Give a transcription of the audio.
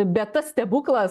bet tas stebuklas